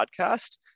podcast